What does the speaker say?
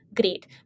great